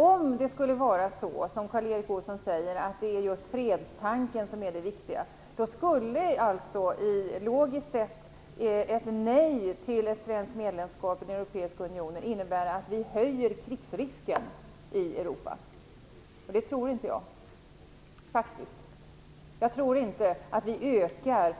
Om det skulle vara som Karl Erik Olsson säger, att det är just fredstanken som är det viktiga, skulle logiskt sett ett nej till ett svenskt medlemskap i den europeiska unionen innebära att vi höjer krigsrisken i Europa. Det tror inte jag. Jag tror inte att vi ökar